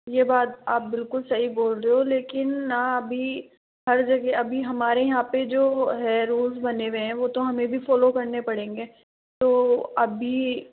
यह बात आप बिल्कुल सही बोल रहे हो लेकिन ना अभी हर जगह अभी हमारे यहाँ पे जो है रुल्स बने हुए हैं वो तो हमें भी फॉलो करने पड़ेंगे तो अभी